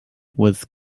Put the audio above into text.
was